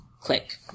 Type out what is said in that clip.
click